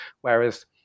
whereas